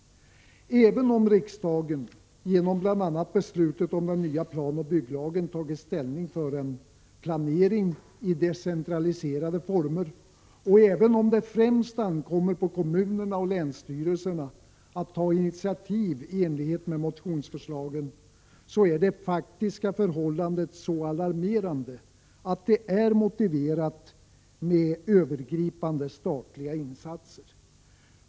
Även om riksdagen genom bl.a. beslutet om den nya planoch bygglagen tagit ställning för en planering i decentraliserade former och även om det främst anhkommer på kommunerna och länsstyrelserna att ta initiativ i enlighet med motionsförslagen, är de faktiska förhållandena så alarmerande att det är motiverat med övergripande statliga insatser.